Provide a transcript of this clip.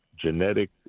genetic